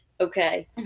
okay